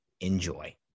Enjoy